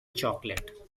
chocolate